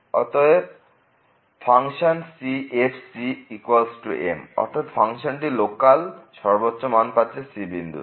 অতএব f M অর্থাৎ ফাংশনটি লোকাল সর্বোচ্চ মান পাচ্ছে c বিন্দুতে